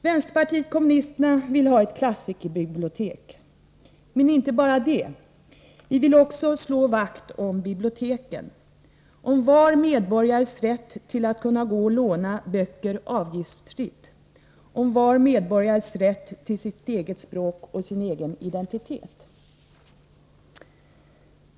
Vänsterpartiet kommunisterna vill ha ett klassikerbibliotek, men inte bara det — vi vill också slå vakt om biblioteken, om var medborgares rätt till att kunna gå och låna böcker avgiftsfritt, om var medborgares rätt till sitt eget språk och sin egen identitet.